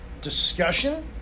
discussion